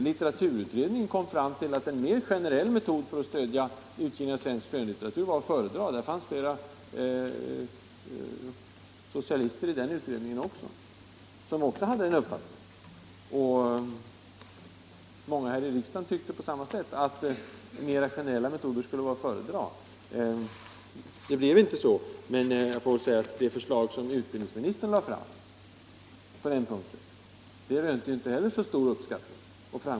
Litteraturutredningen kom fram till att en mer generell metod för att stödja utgivning av svensk skönlitteratur var att föredra. Det fanns f.ö. flera socialister i den utredningen som hade samma uppfattning. Många här i riksdagen tycker på samma sätt, nämligen att mer generella metoder vore att föredra. Det blev inte så, men det förslag som utbildningsministern lade fram på den punkten gjorde inte så stor lycka.